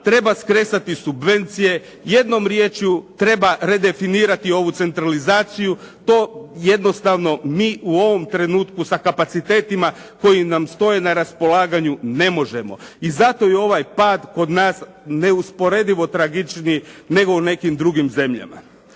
treba skresati subvencije. Jednom riječju treba redefinirati ovu centralizaciju. To jednostavno mi u ovom trenutku sa kapacitetima koji nam stoje na raspolaganju ne možemo. I zato je ovaj pad kod nas neusporedivo tragičniji nego u nekim drugim zemljama.